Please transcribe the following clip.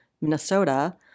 Minnesota